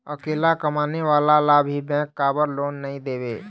अकेला कमाने वाला ला भी बैंक काबर लोन नहीं देवे?